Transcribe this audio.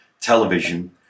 television